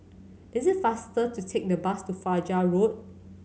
is it faster to take the bus to Fajar Road